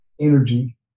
energy